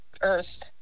Earth